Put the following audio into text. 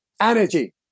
Energy